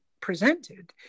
presented